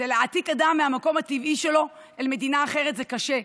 ולהעתיק אדם מהמקום הטבעי שלו למדינה אחרת זה קשה,